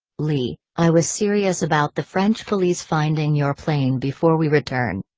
leigh, i was serious about the french police finding your plane before we return.